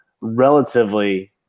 relatively